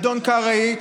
אדון קרעי,